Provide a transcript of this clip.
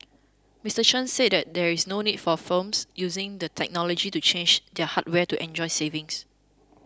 Mister Chen said that there is no need for firms using the technology to change their hardware to enjoy savings